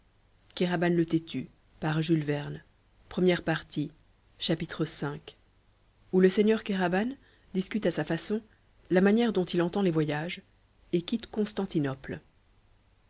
v ou le seigneur kéraban discute a sa façon la manière dont il entend les voyages et quitte constantinople